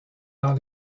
dans